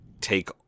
take